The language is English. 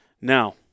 Now